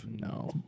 No